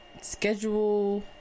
Schedule